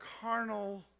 carnal